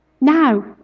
Now